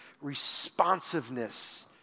responsiveness